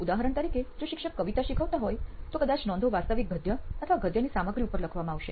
ઉદાહરણ તરીકે જો શિક્ષક કવિતા શીખવતા હોય તો કદાચ નોંધો વાસ્તવિક ગદ્ય અથવા ગદ્યની સામગ્રી ઉપર લખવામાં આવશે